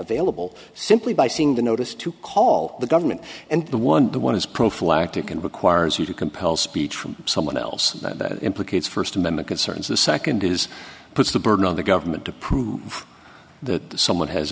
available simply by seeing the notice to call the government and the one to one is prophylactic and requires you to compel speech from someone else that implicates first amendment concerns the second is puts the burden on the government to prove the someone has